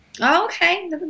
Okay